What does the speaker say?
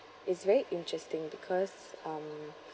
it's very interesting because um